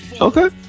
Okay